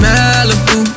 Malibu